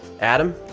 Adam